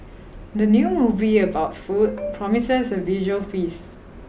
the new movie about food promises a visual feast